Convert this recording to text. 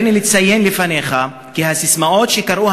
הריני לציין לפניך כי הססמאות שקראו